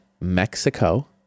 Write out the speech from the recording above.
mexico